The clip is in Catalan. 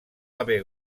haver